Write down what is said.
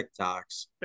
TikToks